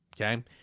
okay